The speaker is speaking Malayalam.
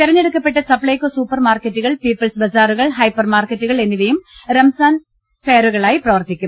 തിരഞ്ഞെടുക്കപ്പെട്ട സപ്പൈകോ സൂപ്പർ മാർക്കറ്റുകൾ പീപ്പിൾസ് ബസാറുകൾ ഹൈപ്പർ മാർക്കറ്റുകൾ എന്നിവയും റംസാൻ ഫെയറുകളായി പ്രവർത്തിക്കും